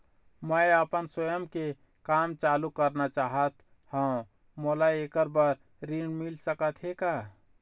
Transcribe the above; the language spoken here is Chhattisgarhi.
मैं आपमन स्वयं के काम चालू करना चाहत हाव, मोला ऐकर बर ऋण मिल सकत हे का?